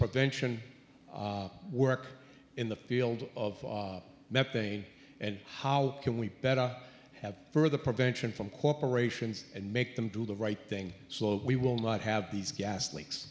prevention work in the field of methane and how can we better have further prevention from corporations and make them do the right thing so we will not have these gas leak